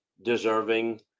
Deserving